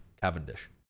Cavendish